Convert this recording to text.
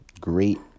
great